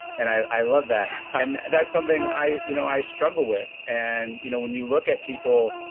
and i love that that's something i you know i struggle with. and you know when you look at people.